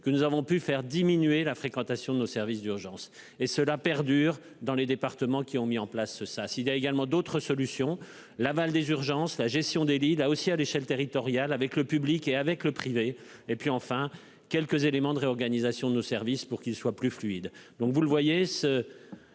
que nous avons pu faire diminuer la fréquentation de nos services d'urgence, et cela perdure dans les départements qui ont mis en place ce ça s'il y a également d'autres solutions. L'aval des urgences la gestion des lits là aussi à l'échelle territoriale avec le public et avec le privé et puis enfin quelques éléments de réorganisation de nos services pour qu'ils soient plus fluide.